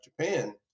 Japan